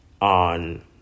on